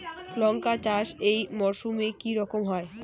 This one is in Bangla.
লঙ্কা চাষ এই মরসুমে কি রকম হয়?